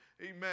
Amen